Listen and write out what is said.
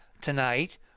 tonight